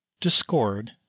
discord